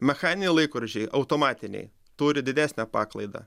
mechaniniai laikrodžiai automatiniai turi didesnę paklaidą